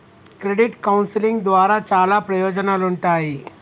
credit counselling ద్వారా చాలా ప్రయోజనాలుంటాయి